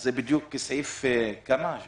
זה בדיוק מה שסעיף 13(3)